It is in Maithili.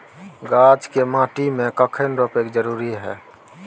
गाछ के माटी में कखन रोपय के जरुरी हय?